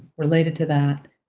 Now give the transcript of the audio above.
related to that.